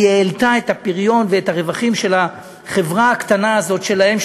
העלתה את הפריון ואת הרווחים של החברה הקטנה הזו שלהם,